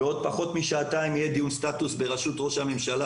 בעוד פחות משעתיים יהיה דיון סטטוס בראשות ראש הממשלה,